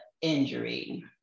injury